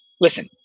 listen